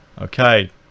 Okay